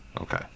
Okay